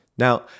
Now